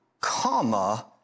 comma